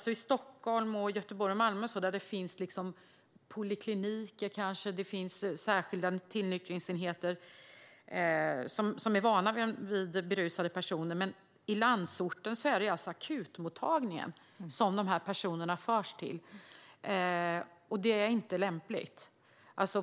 I Stockholm, Göteborg och Malmö finns det kanske polikliniker och särskilda tillnyktringsenheter där man är van vid berusade personer, men i landsorten är det akutmottagningen som de här personerna förs till. Det är inte lämpligt.